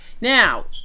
Now